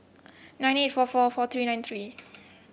nine eight four four four three nine three